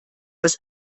das